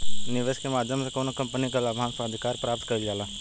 निवेस के माध्यम से कौनो कंपनी के लाभांस पर अधिकार प्राप्त कईल जाला